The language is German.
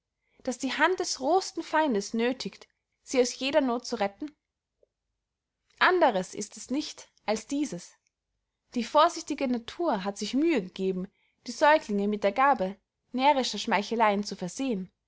das die hand des rohsten feindes nöthigt sie aus jeder noth zu retten anderes ist es nichts als dieses die vorsichtige natur hat sich mühe gegeben die säuglinge mit der gabe närrischer schmeicheleyen zu versehen